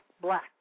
black